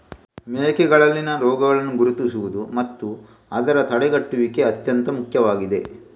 ಮೇಕೆಗಳಲ್ಲಿನ ರೋಗಗಳನ್ನು ಗುರುತಿಸುವುದು ಮತ್ತು ಅದರ ತಡೆಗಟ್ಟುವಿಕೆ ಅತ್ಯಂತ ಮುಖ್ಯವಾಗಿದೆ